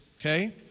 okay